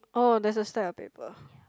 oh there's a stack of paper